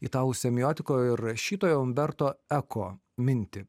italų semiotiko ir rašytojo umberto eko mintį